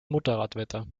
motorradwetter